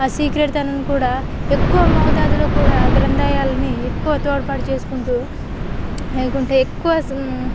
ఆ సీక్రెట్ తనను కూడా ఎక్కువ మోతాదులో కూడా ఆ గ్రంథాలయాలని ఎక్కువ తోడ్పాటు చేసుకుంటూ లేకుంటే ఎక్కువ